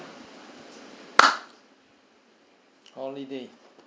holiday